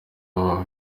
baba